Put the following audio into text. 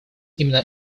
именно